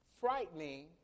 frightening